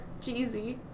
Jeezy